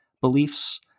beliefs